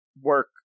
work